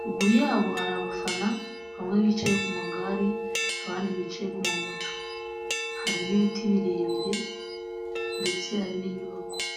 ruguru yabo hari abafana bamwe bicaye ku magare abandi bicaye ku mamoto, hari n'ibiti birebire ndetse hari n'inyubako.